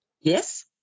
yes